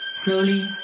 Slowly